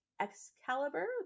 Excalibur